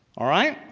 all right?